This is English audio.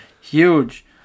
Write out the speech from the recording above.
huge